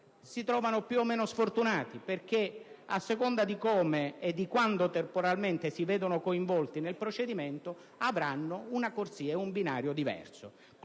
ad essere più o meno sfortunati perché, a seconda di come e di quando temporalmente sono coinvolti nel procedimento, avranno una corsia e un binario diversi.